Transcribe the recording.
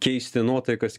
keisti nuotaikas